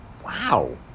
wow